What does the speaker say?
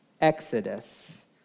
exodus